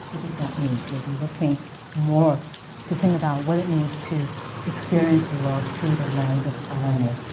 what does that mean? we'll be looking more to think about what it means to experience the world through the lens of irony.